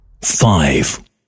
five